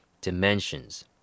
dimensions